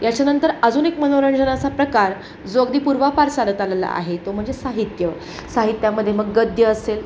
याच्यानंतर अजून एक मनोरंजनाचा प्रकार जो अगदी पूर्वापार चालत आलेला आहे तो म्हणजे साहित्य साहित्यामध्ये मग गद्य असेल